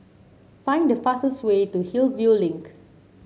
find the fastest way to Hillview Link